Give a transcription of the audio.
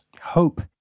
hope